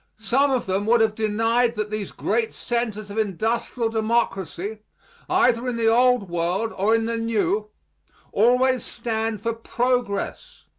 some of them would have denied that these great centers of industrial democracy either in the old world or in the new always stand for progress.